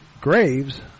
Graves